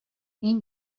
این